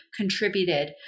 contributed